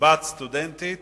בת סטודנטית.